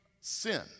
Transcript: sin